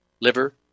liver